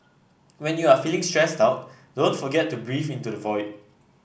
when you are feeling stressed out don't forget to breathe into the void